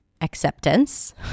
acceptance